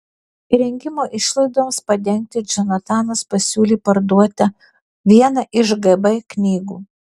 įrengimo išlaidoms padengti džonatanas pasiūlė parduoti vieną iš gb knygų